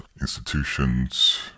institutions